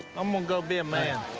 i'm gonna go be a man.